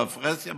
בפרהסיה,